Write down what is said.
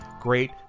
great